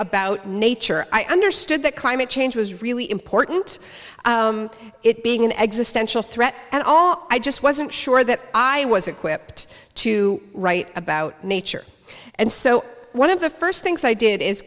about nature i understood that climate change was really important it being an existential threat and all i just wasn't sure that i was equipped to write about nature and so one of the first things i did i